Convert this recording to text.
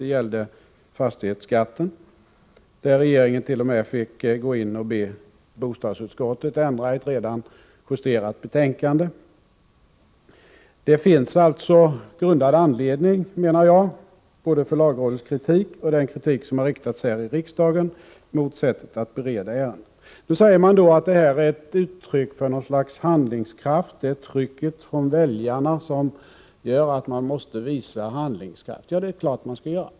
Det gällde fastighetsskatten, där regeringen t.o.m. fick be bostadsutskottet ändra ett redan justerat betänkande. Jag menar alltså att det finns grundad anledning för lagrådets kritik och för den kritik som framförts i riksdagen av sättet att bereda ärenden. Man säger att detta är uttryck för något slags handlingskraft. Trycket från väljarna gör att man måste visa handlingskraft — ja, det är klart att man skall göra det.